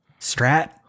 strat